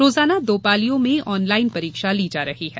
रोजाना दो पालियों में ऑनलाईन परीक्षा ली जा रही है